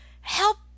Help